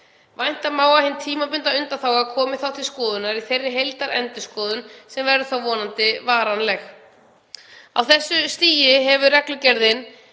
Vænta má að hin tímabundna undanþága komi þá til skoðunar í þeirri heildarendurskoðun, sem verður þá vonandi varanleg. Á þessu stigi hefur reglugerðin